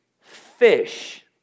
fish